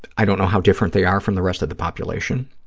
i don't know how different they are from the rest of the population.